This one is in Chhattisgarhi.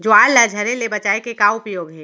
ज्वार ला झरे ले बचाए के का उपाय हे?